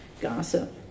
gossip